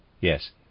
Yes